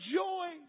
joy